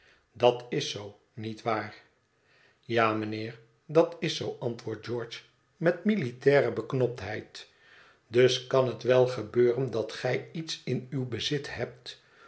dat is zoo niet waar ja mijnheer dat is zoo antwoordt george met militaire beknoptheid dus kan het wel gebeuren dat gij iets in uw bezit hebt